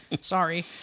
Sorry